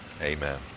Amen